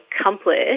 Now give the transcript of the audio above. accomplish